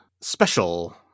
special